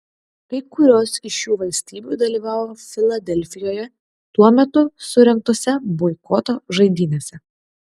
kai kurios iš šių valstybių dalyvavo filadelfijoje tuo metu surengtose boikoto žaidynėse